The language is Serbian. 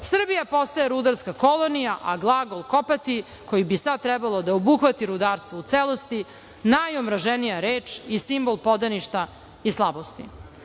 Srbija postaje rudarska kolonija, a glagol kopati koji bi sad trebalo da obuhvati rudarstvo u celosti najomraženija reč i simbol podaništva i slabosti. Sa